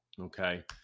okay